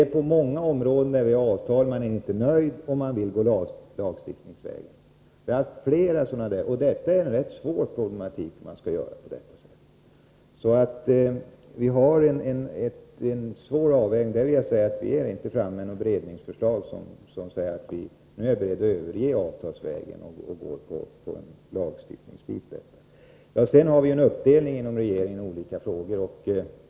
Det finns många områden där man har avtal men inte är nöjd och i stället vill gå lagstiftningsvägen. Vi har haft flera sådana fall. Detta är en rätt svår problematik. Vi har att göra en svår avvägning, och vi har inte tagit fram något beredningsförslag som säger att vi är beredda att överge avtalsvägen och i stället gå lagstiftningsvägen. Vi har inom regeringen en uppdelning av olika frågor.